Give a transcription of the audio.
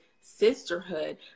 sisterhood